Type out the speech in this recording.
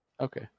Okay